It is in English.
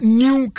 new